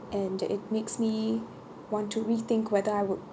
and it makes me want to rethink whether I would